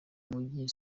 mujyi